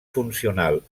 funcional